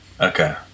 Okay